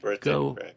go